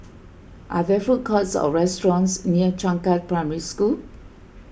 are there food courts or restaurants near Changkat Primary School